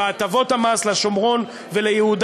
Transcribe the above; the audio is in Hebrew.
בהטבות המס לשומרון וליהודה.